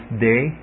day